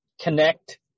connect